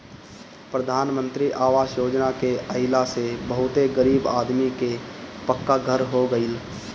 प्रधान मंत्री आवास योजना के आइला से बहुते गरीब आदमी कअ पक्का घर हो गइल